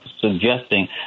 suggesting